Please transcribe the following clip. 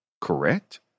Correct